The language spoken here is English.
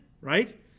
right